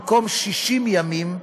במקום 60 ימים,